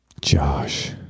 Josh